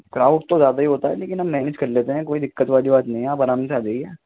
crowd تو زیادہ ہی ہوتا ہے لیکن ہم مینج کر لیتے ہیں کوئی دقت والی بات نہیں ہے آپ آرام سے آ جائیے